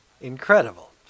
Incredible